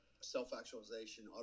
self-actualization